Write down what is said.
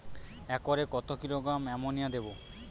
একরে কত kilogram ammonia দেবো?